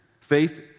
Faith